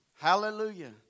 Hallelujah